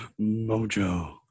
Mojo